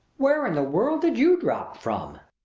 where in the world did you drop from?